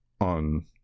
on